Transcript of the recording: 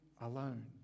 alone